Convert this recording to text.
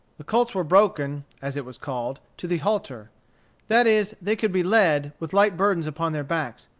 the colts were broken, as it was called, to the halter that is, they could be led, with light burdens upon their backs,